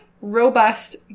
robust